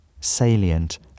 salient